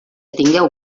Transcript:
tingueu